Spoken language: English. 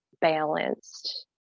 balanced